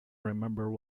remember